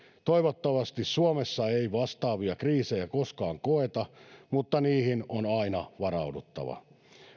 toivottavasti suomessa ei vastaavia kriisejä koskaan koeta mutta niihin on aina varauduttava